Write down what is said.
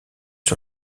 sur